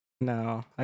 No